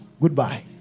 goodbye